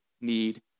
need